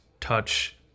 touch